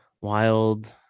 wild